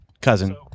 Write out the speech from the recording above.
Cousin